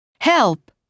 Help